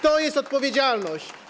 To jest odpowiedzialność.